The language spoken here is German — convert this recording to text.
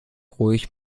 ruhig